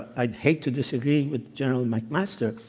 i'd hate to disagree with general mcmaster.